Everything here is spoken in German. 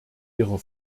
ihrer